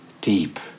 deep